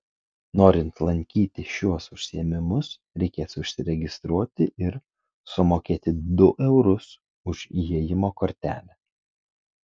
norint lankyti šiuos užsiėmimus reikės užsiregistruoti ir sumokėti du eurus už įėjimo kortelę